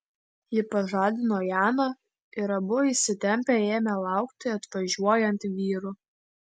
ji pažadino janą ir abu įsitempę ėmė laukti atvažiuojant vyrų